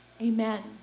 amen